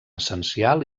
essencial